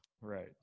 Right